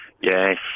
Yes